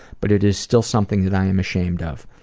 but is still something that i am ashamed of.